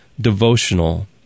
devotional